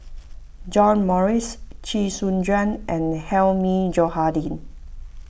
John Morrice Chee Soon Juan and Hilmi Johandi